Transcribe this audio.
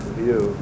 view